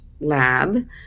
lab